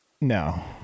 No